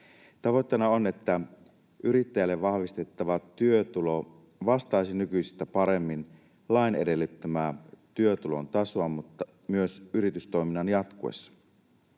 Tavoitteena on, että yrittäjälle vahvistettava työtulo vastaisi nykyistä paremmin lain edellyttämää työtulon tasoa myös yritystoiminnan jatkuessa.